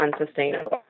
unsustainable